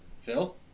Phil